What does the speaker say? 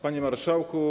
Panie Marszałku!